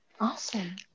Awesome